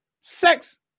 Sex